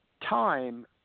time